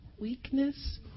weakness